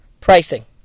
pricing